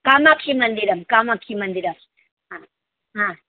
कामाक्षीमन्दिरं कामाक्षीमन्दिरं हा हा